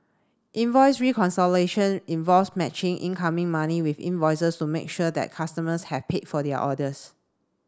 invoice reconciliation involves matching incoming money with invoices to make sure that customers have paid for their orders